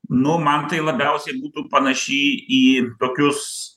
nu man tai labiausiai būtų panaši į tokius